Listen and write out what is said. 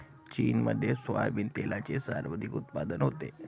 चीनमध्ये सोयाबीन तेलाचे सर्वाधिक उत्पादन होते